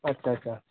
আচ্ছা আচ্ছা